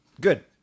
Good